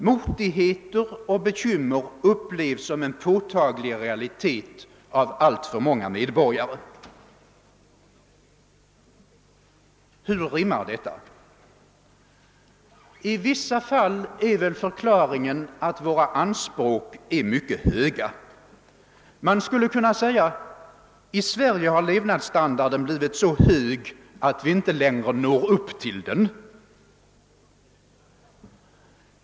Motigheter och bekymmer upplevs som påtagliga realiteter av alltför många medborgare. Hur går detta ihop? I vissa fall är väl förklaringen den att våra anspråk är mycket höga. Man skulle kunna säga att levnadsstandarden i Sverige blivit så hög att vi inte längre når upp till den.